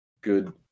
good